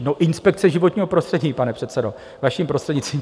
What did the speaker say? No inspekce životního prostředí, pane předsedo, vaším prostřednictvím.